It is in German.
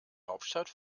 hauptstadt